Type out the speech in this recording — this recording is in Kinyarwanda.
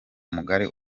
mugari